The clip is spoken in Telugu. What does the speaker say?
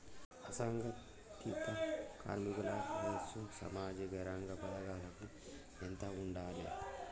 అసంఘటిత కార్మికుల వయసు సామాజిక రంగ పథకాలకు ఎంత ఉండాలే?